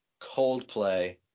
Coldplay